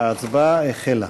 ההצבעה החלה.